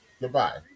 Goodbye